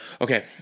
Okay